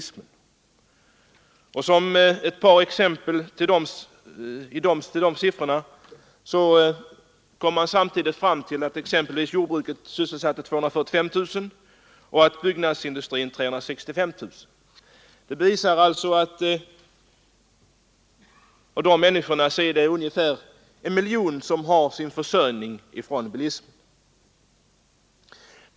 Som jämförelse kan nämnas att exempelvis jordbruket sysselsatte 275 000 och byggnadsindustrin 365 000 människor. Ungefär en miljon människor har alltså sin försörjning genom bilismen.